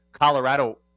Colorado